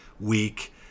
week